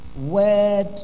Word